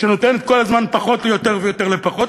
שנותנת כל הזמן פחות ליותר ויותר לפחות,